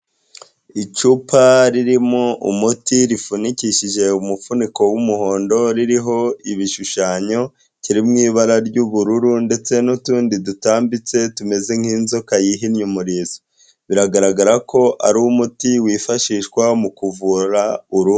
Icupa ririmo umuti, rifunikishije umufuniko w'umuhondo, ririho ibishushanyo kiri mu ibara ry'ubururu ndetse n'utundi dutambitse tumeze nk'inzoka yihinnye umurizo. Biragaragara ko ari umuti wifashishwa mu kuvura uruhu.